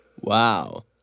Wow